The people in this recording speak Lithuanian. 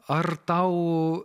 ar tau